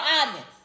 audience